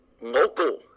local